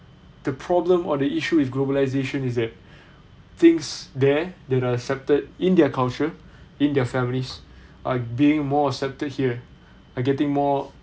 the problem or the issue with globalization is that things there that are accepted in their culture in their families are being more accepted here are getting more